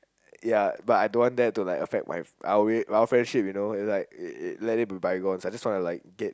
ya but I don't want that to like affect my our it our friendship you know is like it it let it be bygones I just want to like get